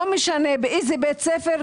לא משנה באיזה בית ספר,